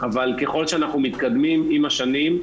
אבל ככל שאנחנו מתקדמים עם השנים,